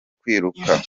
kwiruka